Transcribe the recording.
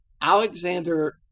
Alexander